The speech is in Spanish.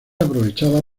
aprovechada